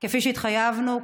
כפי שהתחייבנו,